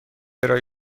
ارائه